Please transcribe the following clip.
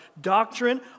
doctrine